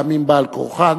פעמים בעל כורחם,